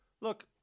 Look